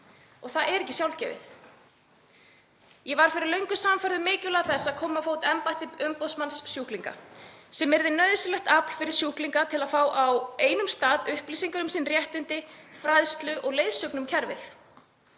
og það er ekki sjálfgefið. Ég varð fyrir löngu sannfærð um mikilvægi þess að koma á fót embætti umboðsmanns sjúklinga sem yrði nauðsynlegt afl fyrir sjúklinga til að fá á einum stað upplýsingar um réttindi sín, fræðslu og leiðsögn um kerfið.